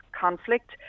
conflict